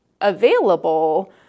available